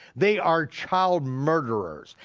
they are child murderers.